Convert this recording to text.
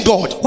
God